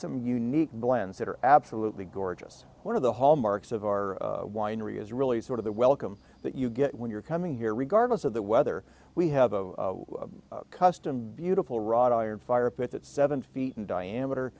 some unique blend that are absolutely gorgeous one of the hallmarks of our winery is really sort of the welcome that you get when you're coming here regardless of the weather we have a custom beautiful wrought iron firepit seven feet in diameter